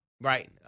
Right